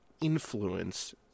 influence